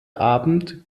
abend